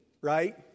right